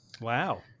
Wow